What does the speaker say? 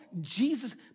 Jesus